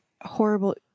horrible